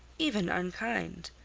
even unkind.